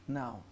now